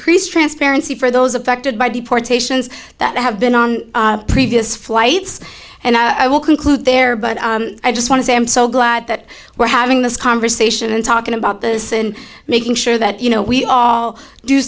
increase transparency for those affected by deportations that have been on previous flights and i will conclude there but i just want to say i'm so glad that we're having this conversation and talking about this and making sure that you know we all do